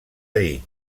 dir